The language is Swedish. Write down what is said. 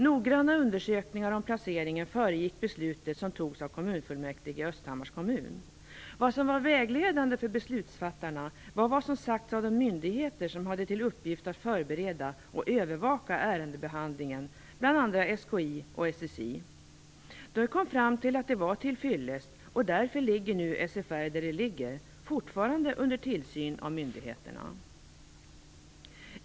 Noggranna undersökningar om placering föregick beslutet som togs av kommunfullmäktige i Vad som var vägledande för beslutsfattarna var vad som hade sagts av de myndigheter som hade till uppgift att förbereda och övervaka ärendebehandlingen, bl.a. SKI och SSI. De kom fram till att det var till fyllest, och därför ligger nu SFR där det ligger, fortfarande under tillsyn av myndigheterna.